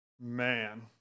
Man